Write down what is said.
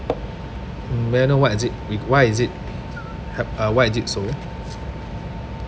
may I know what is it if why is it hap~ uh why is it so